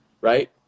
right